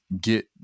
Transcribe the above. get